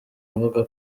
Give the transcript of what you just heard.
avuga